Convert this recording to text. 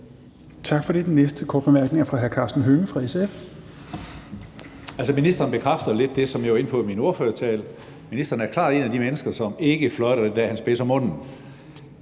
Tak for det. Den næste korte bemærkning er fra hr. Karsten Hønge fra SF. Kl. 15:09 Karsten Hønge (SF): Altså, ministeren bekræfter lidt det, som jeg var inde på i min ordførertale, at ministeren klart er et af de mennesker, som ikke fløjter den dag, han spidser munden.